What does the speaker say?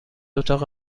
اتاق